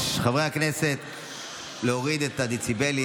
חברי הכנסת, להוריד את הדציבלים.